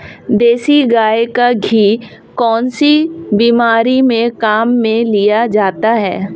देसी गाय का घी कौनसी बीमारी में काम में लिया जाता है?